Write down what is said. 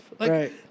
Right